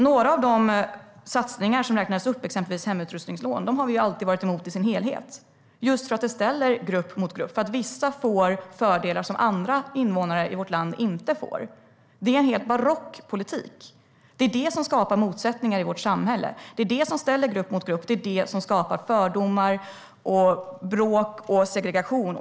Några av de satsningar som räknades upp, till exempel hemutrustningslån, har vi alltid varit emot i sin helhet, just för att det ställer grupp mot grupp, därför att vissa får fördelar som andra invånare i vårt land inte får. Det är en helt barock politik. Det är det som skapar motsättningar i vårt samhälle. Det är det som ställer grupp mot grupp. Det är det som skapar fördomar, bråk och segregation.